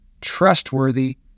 trustworthy